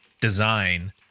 design